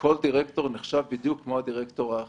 כל דירקטור נחשב בדיוק כמו הדירקטור האחר.